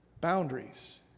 boundaries